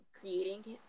creating